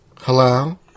Hello